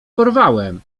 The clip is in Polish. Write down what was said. porwałem